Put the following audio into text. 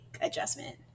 adjustment